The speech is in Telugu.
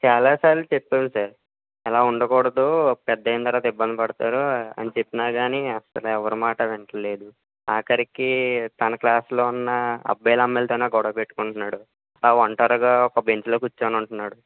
చాలా సార్లు చెప్పాం సార్ అలా ఉండకూడదు పెద్ద అయిన తరువాత ఇబ్బంది పడతారు అని చెప్పినా కానీ అస్సలు ఎవరి మాటా వింటంలేదు ఆఖరికి తన క్లాసులో ఉన్న అబ్బాయిలు అమ్మాయిలతోనె గొడవ పెట్టుకుంటున్నాడు ఒంటరిగా ఒక బెంచ్లో కూర్చుని ఉంటున్నాడు